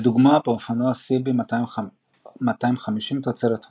לדוגמה באופנוע CB250 תוצרת הונדה.